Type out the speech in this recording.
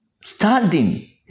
standing